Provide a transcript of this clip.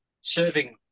serving